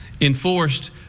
enforced